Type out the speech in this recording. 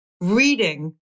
reading